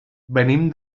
venim